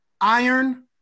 Iron